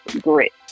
grit